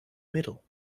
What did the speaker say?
middle